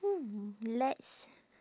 hmm let's